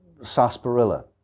sarsaparilla